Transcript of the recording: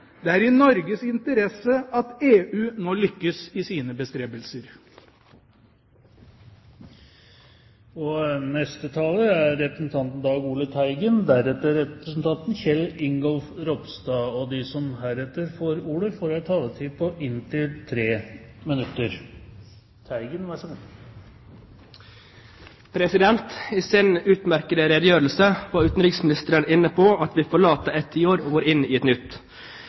Det er i Norges interesse at EU nå lykkes i sine bestrebelser. De talere som heretter får ordet, har en taletid på inntil 3 minutter. I sin utmerkede redegjørelse var utenriksministeren inne på at vi forlater et tiår og går inn i et nytt.